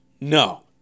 no